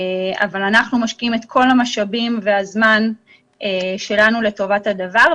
אבל אנחנו משקיעים את כל המשאבים והזמן שלנו לטובת הדבר.